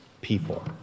people